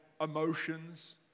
emotions